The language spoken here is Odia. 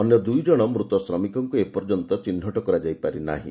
ଅନ୍ୟ ଦୁଇଜଣ ମୃତ ଶ୍ରମିକଙ୍କୁ ଏପର୍ଯ୍ୟନ୍ତ ଚିହ୍ନଟ କରାଯାଇ ପାରିନାହିଁ